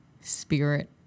spirit